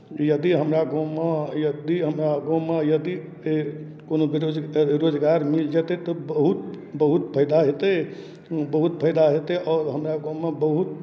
यदि हमरा गाँवमे यदि हमरा गाँवमे यदि कोनो बेरोज रोजगार मिल जेतै तऽ बहुत बहुत फायदा हेतै बहुत फायदा हेतै आओर हमरा गाँवमे बहुत